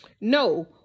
No